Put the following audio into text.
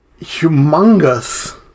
humongous